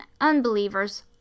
unbelievers